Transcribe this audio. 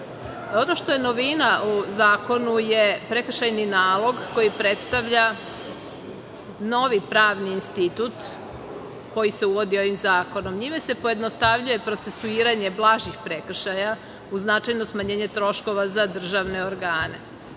što je novina u zakonu jeste prekršajni nalog koji predstavlja novi pravni institut koji se uvodi ovim zakonom. Njime se pojednostavljuje procesuiranje blažih prekršaja u značajno smanjenje troškova za državne organe.